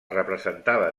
representava